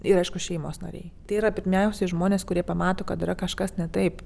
ir aišku šeimos nariai tai yra pirmiausiai žmonės kurie pamato kad yra kažkas ne taip